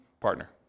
partner